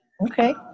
Okay